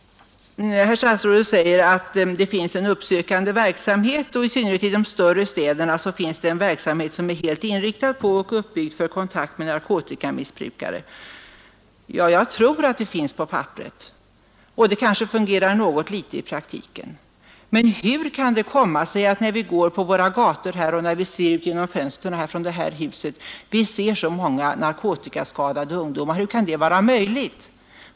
Herr statsrådet säger att det finns en uppsökande verksamhet och i synnerhet i ”de större städerna finns en verksamhet som är helt inriktad på och uppbyggd för kontakt med narkotikamissbrukare”. Ja, jag tror att den finns på papperet, och den kanske fungerar något litet i praktiken. Men hur kan det komma sig att vi, när vi går ute på gatorna eller tittar ut genom fönstren i det här huset, ser så många narkotikaskadade ungdomar? Hur kan det vara möjligt?